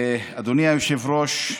אדוני היושב-ראש,